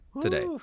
today